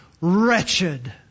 wretched